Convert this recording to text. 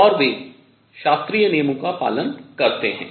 और वे शास्त्रीय नियम का पालन करते हैं